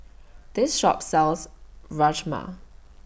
This Shop sells Rajma